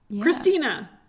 Christina